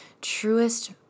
truest